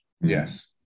Yes